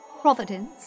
Providence